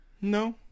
No